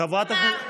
תקשיב טוב,